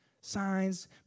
Signs